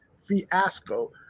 fiasco